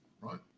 right